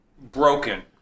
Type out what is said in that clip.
broken